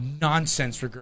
nonsense